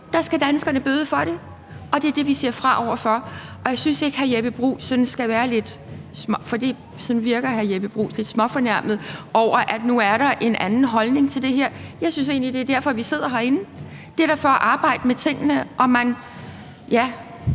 skal danskerne bøde for, og det er det, vi siger fra over for. Jeg synes ikke, at hr. Jeppe Bruus skal være sådan lidt småfornærmet – for sådan virker hr. Jeppe Bruus – over, at der nu er en anden holdning til det her. Jeg synes egentlig, det er derfor, vi sidder herinde. Det er da for at arbejde med tingene. Ja, man har